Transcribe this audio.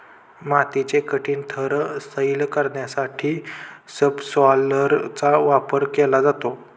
मातीचे कठीण थर सैल करण्यासाठी सबसॉयलरचा वापर केला जातो